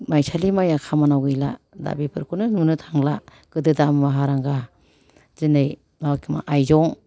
माइसालि माइया खामानिआव गैला दा बेफोरखौनो नुनो थांला गोदो दामा हारांगा दिनै आइजं